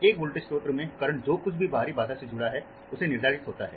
एक वोल्टेज स्रोत में करंट जो कुछ भी बाहरी बाधा से जुड़ा होता है उससे निर्धारित होता है